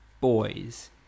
boys